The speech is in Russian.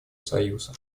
союза